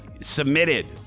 submitted